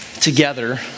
together